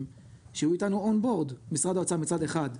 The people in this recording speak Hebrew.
שיהיו איתנו און-בורד משרד האוצר מצד אחד,